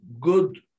good